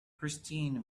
christine